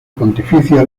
pontificia